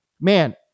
man